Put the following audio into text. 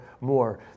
more